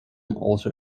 also